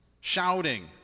shouting